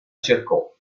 cercò